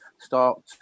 start